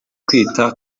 kwita